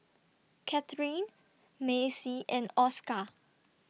Katherine Macy and Oscar